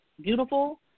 beautiful